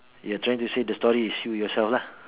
you're trying to say the story is you yourself lah